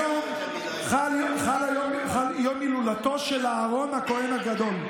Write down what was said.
היום חל יום הילולתו של אהרן הכהן הגדול.